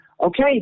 Okay